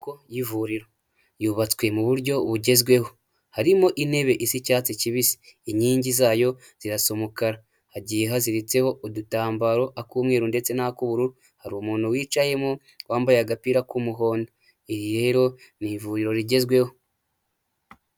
Inyubako y'ivuriro yubatswe mu buryo bugezweho, harimo intebe isa icyatsi kibisi inkingi zayo zirasa umukara, hagiye haziritseho udutambaro ak'umweru ndetse na ak'ubururu. Hari umuntu wicayemo wambaye agapira k'umuhondo, iyi rero ni ivuriro rigezweho.